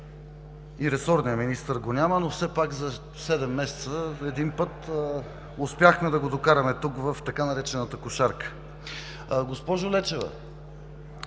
И ресорният министър го няма, но все пак за седем месеца един път успяхме да го докараме тук в така наречената „кошарка“. Госпожо Лечева,